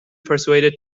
persuaded